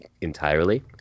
entirely